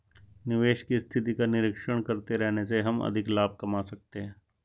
निवेश की स्थिति का निरीक्षण करते रहने से हम अधिक लाभ कमा सकते हैं